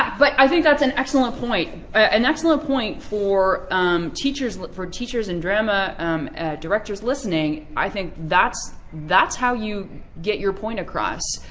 but i think that's an excellent point an excellent point for um teachers for teachers and drama directors listening. i think that's that's how you get your point across.